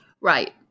Right